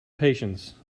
patience